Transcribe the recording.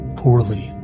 poorly